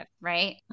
right